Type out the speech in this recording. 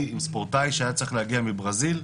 עם ספורטאי שהיה צריך להגיע מברזיל,